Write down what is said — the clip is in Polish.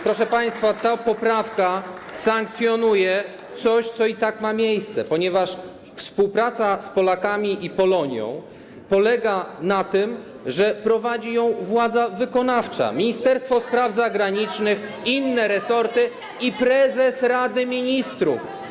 Proszę państwa, ta poprawka sankcjonuje coś, co i tak ma miejsce, ponieważ współpracę z Polakami i Polonią prowadzi władza wykonawcza: Ministerstwo Spraw Zagranicznych, inne resorty i prezes Rady Ministrów.